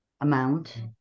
amount